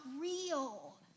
real